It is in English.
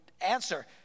answer